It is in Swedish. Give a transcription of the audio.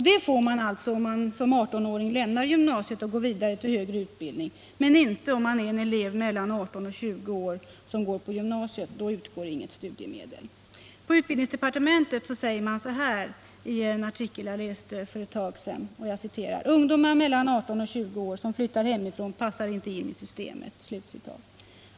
Det får man alltså om man som 18-åring lämnar gymnasiet och går vidare till högre utbildning, men inte om man är en elev mellan 18 och 20 år som går på gymnasiet — då utgår inte studiemedel. På utbildningsdepartementet säger man så här i en artikel jag läste för något tag sedan: Ungdomar mellan 18 och 20 som flyttar hemifrån passar inte in i systemet.